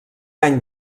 any